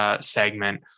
segment